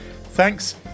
Thanks